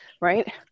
right